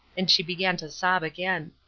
and she began to sob again.